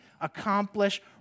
accomplish